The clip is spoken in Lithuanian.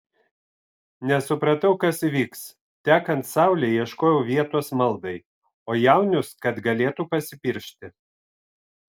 nesupratau kas įvyks tekant saulei ieškojau vietos maldai o jaunius kad galėtų pasipiršti